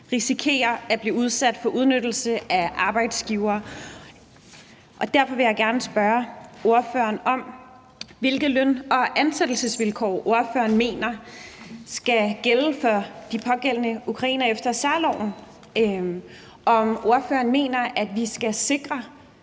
risikerer at blive udsat for udnyttelse af arbejdsgivere. Derfor vil jeg gerne spørge ordføreren om, hvilke løn- og ansættelsesvilkår ordføreren mener skal gælde for de pågældende ukrainere efter særloven, og om ordføreren mener, at vi skal sikre,